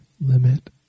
limit